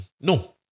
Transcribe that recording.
no